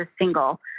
single